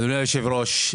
אדוני היושב-ראש,